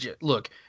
look